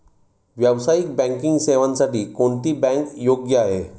व्यावसायिक बँकिंग सेवांसाठी कोणती बँक योग्य आहे?